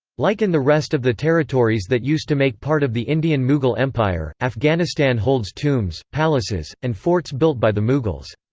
like in the rest of the territories that used to make part of the indian mughal empire, afghanistan holds tombs, palaces, and forts built by the mughals.